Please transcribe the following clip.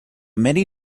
many